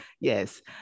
Yes